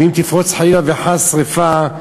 ואם תפרוץ חלילה וחס שרפה,